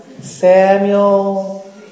Samuel